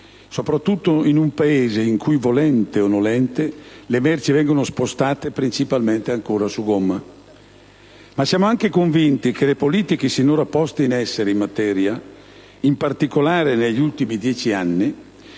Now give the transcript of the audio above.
soprattutto in un Paese in cui, volente o nolente, le merci vengono spostate principalmente ancora su gomma. Ma siamo anche convinti che le politiche sinora poste in essere in materia, in particolare negli ultimi dieci anni,